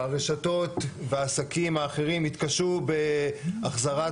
הרשתות והעסקים האחרים התקשו בהחזרת